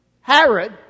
Herod